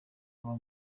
aba